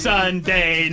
Sunday